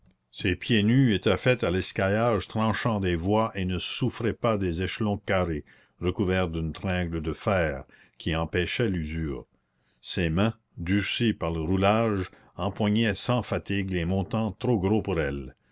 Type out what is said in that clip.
ses pieds nus étaient faits à l'escaillage tranchant des voies et ne souffraient pas des échelons carrés recouverts d'une tringle de fer qui empêchait l'usure ses mains durcies par le roulage empoignaient sans fatigue les montants trop gros pour elles